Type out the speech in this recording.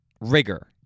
rigor